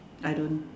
I don't